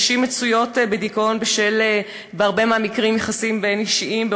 נשים מצויות בדיכאון בהרבה מהמקרים בשל יחסים בין-אישיים,